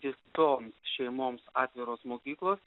visoms šeimoms atviros mokyklos